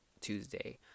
tuesday